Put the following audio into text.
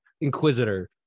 Inquisitor